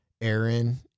Aaron